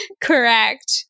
Correct